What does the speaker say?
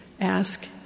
ask